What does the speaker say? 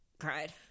cried